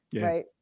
Right